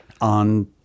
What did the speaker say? on